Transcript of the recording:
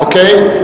אוקיי.